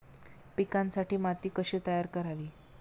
पिकांसाठी माती कशी तयार करावी?